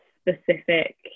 specific